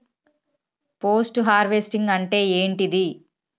Post harvesting అంటే ఏంటిది?